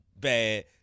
bad